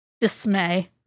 Dismay